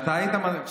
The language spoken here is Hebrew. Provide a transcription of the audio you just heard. אתה בגובה של האספלט.